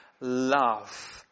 love